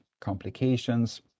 complications